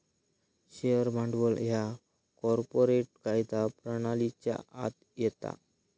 share भांडवल ह्या corporate कायदा प्रणालीच्या आत येता